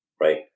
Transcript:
right